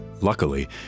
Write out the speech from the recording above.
Luckily